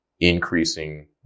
increasing